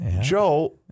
Joe